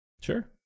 sure